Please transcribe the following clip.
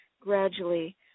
gradually